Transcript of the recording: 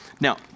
Now